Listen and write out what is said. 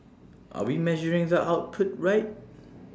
are we measuring the output right